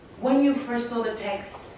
when you first saw the text,